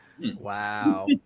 Wow